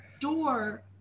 door